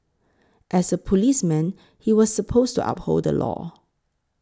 as a policeman he was supposed to uphold the law